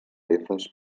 efes